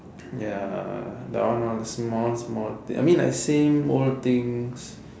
ya that one all small small I mean like same old things